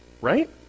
Right